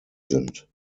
sind